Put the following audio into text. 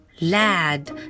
lad